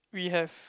we have